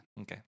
Okay